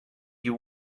you